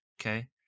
okay